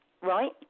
Right